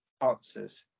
answers